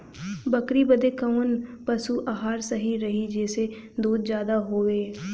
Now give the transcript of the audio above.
बकरी बदे कवन पशु आहार सही रही जेसे दूध ज्यादा होवे?